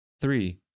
three